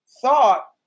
thought